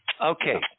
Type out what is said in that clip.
Okay